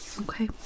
okay